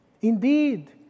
Indeed